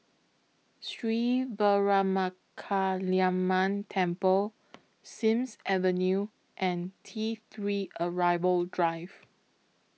Sri Veeramakaliamman Temple Sims Avenue and T three Arrival Drive